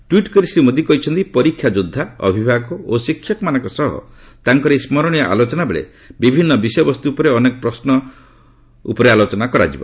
tweet କରି ଶ୍ରୀ ମୋଦୀ କହିଛନ୍ତି ପରୀକ୍ଷା ଯୋଦ୍ଧା ଅଭିଭାବକ ଓ ଶିକ୍ଷକମାନଙ୍କ ସହ ତାଙ୍କର ଏହି ସ୍କରଣୀୟ ଆଲୋଚନାବେଳେ ବିଭିନ୍ନ ବିଷୟବସ୍ତୁ ଉପରେ ଅନେକ ପ୍ରଶ୍ନ ଉପରେ ଆଲୋଚନା ଉପରେ ଆଲୋଚନା କରାଯିବ